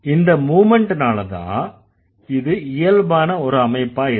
இந்த மூவ்மெண்ட்னாலதான் இது இயல்பான ஒரு அமைப்பா இருக்கு